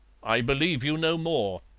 i believe you know more,